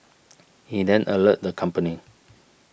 he then alerted the company